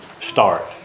start